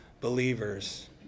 believers